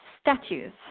statues